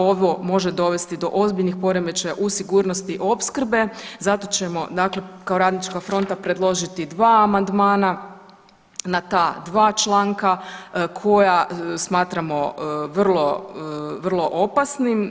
Ovo može dovesti do ozbiljnih poremećaja u sigurnosti opskrbe, zato ćemo dakle kao Radnička fronta predložiti dva amandmana na ta dva članka koja smatramo vrlo, vrlo opasnim.